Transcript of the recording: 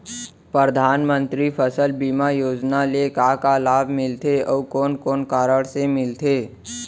परधानमंतरी फसल बीमा योजना ले का का लाभ मिलथे अऊ कोन कोन कारण से मिलथे?